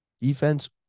Defense